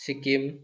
Sikkim